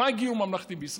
רק גיור ממלכתי בישראל.